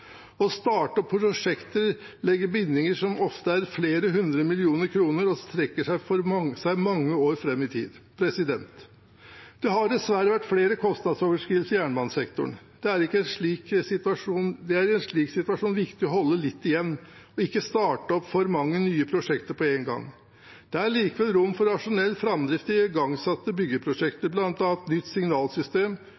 Å starte opp prosjekter legger bindinger som ofte er på flere hundre millioner kroner og strekker seg mange år fram i tid. Det har dessverre vært flere kostnadsoverskridelser på jernbanesektoren. Det er i en slik situasjon viktig å holde litt igjen og ikke starte opp for mange nye prosjekter på en gang. Det er likevel rom for rasjonell framdrift i igangsatte